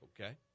Okay